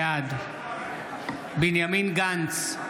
בעד בנימין גנץ,